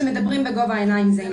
שמדברים בגובה העיניים זה עם זה.